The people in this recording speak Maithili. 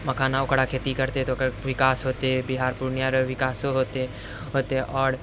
मखाना ओकरा खेती करतै तऽ ओकर विकास हेतै बिहार पूर्णिया रऽ विकासो हेतै आओर